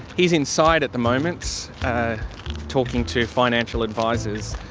he's inside at the moment talking to financial advisers,